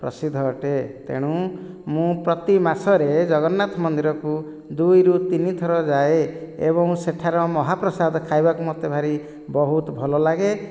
ପ୍ରସିଦ୍ଧ ଅଟେ ତେଣୁ ମୁଁ ପ୍ରତି ମାସରେ ଜଗନ୍ନାଥ ମନ୍ଦିରକୁ ଦୁଇରୁ ତିନିଥର ଯାଏ ଏବଂ ସେଠାରେ ମହାପ୍ରସାଦ ଖାଇବାକୁ ମୋତେ ଭାରି ବହୁତ ଭଲ ଲାଗେ